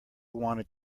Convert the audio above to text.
wanted